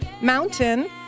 Mountain